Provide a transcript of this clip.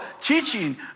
teaching